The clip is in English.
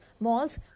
malls